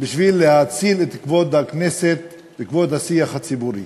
בשביל להציל את כבוד הכנסת וכבוד השיח הציבורי?